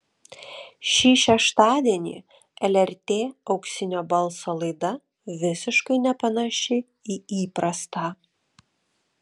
šį šeštadienį lrt auksinio balso laida visiškai nepanaši į įprastą